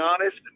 honest